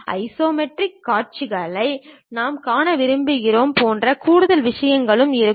isometric காட்சியை நான் காண விரும்புகிறேன் போன்ற கூடுதல் விஷயங்கள் இருக்கும்